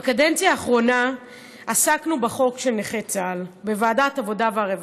בקדנציה האחרונה עסקנו בחוק של נכי צה"ל בוועדת העבודה והרווחה.